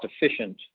efficient